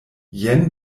jen